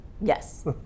yes